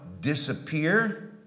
disappear